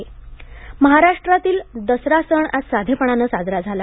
महाराष्ट्र दसरा महाराष्ट्रातील दसरा सण आज साधेपणानं साजरा झाला